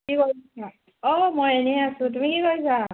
কি কৰিছা অঁ মই এনেই আছোঁ তুমি কি কৰিছা